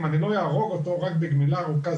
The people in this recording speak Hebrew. אם אני לא אהרוג אותו רק בגמילה ארוכה,